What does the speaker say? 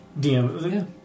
DM